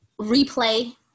replay